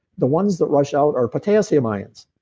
the ones that rush out are potassium ions.